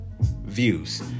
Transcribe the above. views